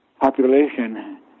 population